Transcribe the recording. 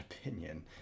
opinion